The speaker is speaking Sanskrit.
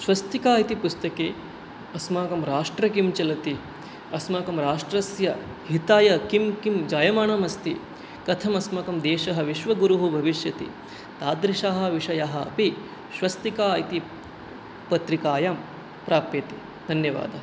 स्वस्तिका इति पुस्तके अस्माकं राष्ट्रे किं चलति अस्माकं राष्ट्रस्य हिताय किं किं जायमानम् अस्ति कथम् अस्माकं देशः विश्वगुरुः भविष्यति तादृशाः विषयाः अपि स्वस्तिका इति पत्रिकायां प्राप्यते धन्यवादः